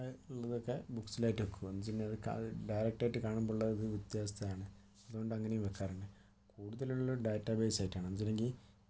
ഉള്ളതൊക്കെ ബുക്സിലായിട്ട് വെക്കും എന്താ വെച്ചുകഴിഞ്ഞാൽ ഡയറക്റ്റായിട്ട് കാണുമ്പോൾ ഉള്ള ഇത് വ്യത്യാസം ആയിട്ടാണ് അതുകൊണ്ട് അങ്ങനെയും വെക്കാറുണ്ട് കൂടുതലുള്ളത് ഡാറ്റാബേസ് ആയിട്ടാണ് എന്താ വെച്ചിട്ടുണ്ടെങ്കിൽ